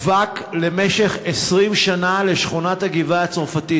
אבק למשך 20 שנה לשכונת הגבעה-הצרפתית.